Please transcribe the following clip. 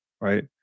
right